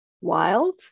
wild